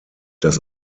das